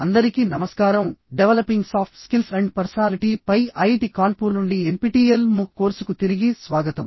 అందరికీ నమస్కారండెవలపింగ్ soft skills and personality పై ఐఐటి కాన్పూర్ నుండి ఎన్పిటిఇఎల్ మూక్ NPTEL MOOCs కోర్సుకు తిరిగి స్వాగతం